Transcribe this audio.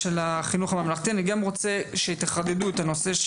שתחדדו את הנושא של "שוכנע המנהל הכללי".